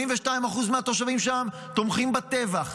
82% מהתושבים שם תומכים בטבח,